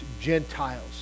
Gentiles